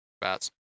Bats